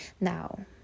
Now